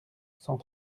cent